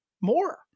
more